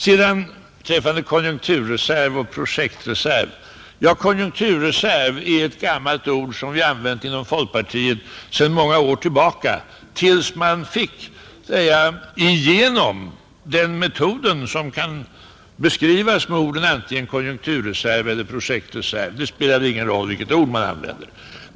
Beträffande konjunkturreserv och projektreserv vill jag säga att konjunkturreserv är ett gammalt ord som vi använt inom folkpartiet sedan många år tillbaka tills man fått igenom den metod som kan beskrivas som antingen konjunkturreserv eller projektreserv — det spelar ingen roll vilket ord man använder.